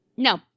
No